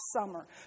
summer